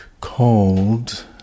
called